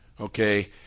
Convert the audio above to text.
okay